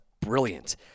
brilliant